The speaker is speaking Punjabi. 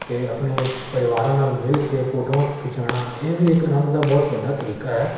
ਅਤੇ ਆਪਣੇ ਪਰਿਵਾਰਾਂ ਨਾਲ਼ ਮਿਲ ਕੇ ਫੋਟੋਆਂ ਖਿਚਵਾਉਣਾ ਇਹ ਵੀ ਇੱਕ ਆਨੰਦ ਦਾ ਬਹੁਤ ਵੱਡਾ ਤਰੀਕਾ ਹੈ